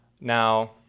Now